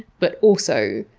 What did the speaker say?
but also,